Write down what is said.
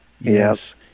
yes